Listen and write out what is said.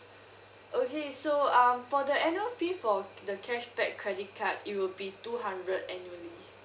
okay so um for the annual fee for the cashback credit card it will be two hundred annually